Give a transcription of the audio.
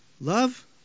Love